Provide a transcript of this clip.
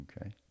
Okay